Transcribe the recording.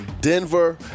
Denver